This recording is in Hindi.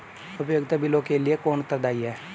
उपयोगिता बिलों के लिए कौन उत्तरदायी है?